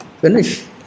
Finish